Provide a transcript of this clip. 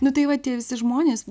nu tai va tie visi žmonės